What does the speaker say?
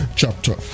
chapter